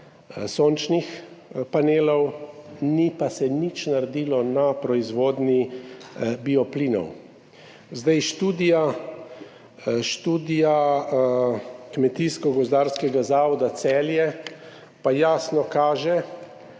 sončnih panelov, nič pa se ni naredilo glede proizvodnje bioplinov. Študija Kmetijsko gozdarskega zavoda Celje pa jasno kaže,